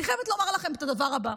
אני חייבת לומר לכם את הדבר הבא: